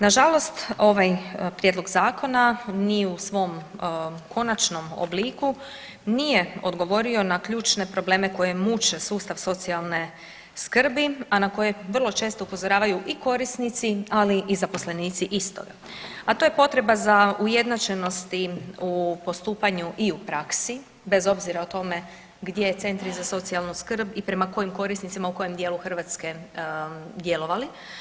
Nažalost ovaj prijedlog zakona ni u svom konačnom obliku nije odgovorio na ključne probleme koje muče sustav socijalne skrbi, a na koje često upozoravaju i korisnici, ali i zaposlenici istoga, a to je potreba za ujednačenost u postupanju i u praksi bez obzira o tome gdje centri za socijalnu skrb i prema kojim korisnicima u kojem dijelu Hrvatske djelovali.